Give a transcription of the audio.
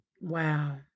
Wow